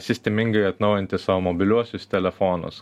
sistemingai atnaujinti savo mobiliuosius telefonus